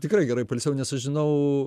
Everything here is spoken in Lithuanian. tikrai gerai pailsėjau nes aš žinau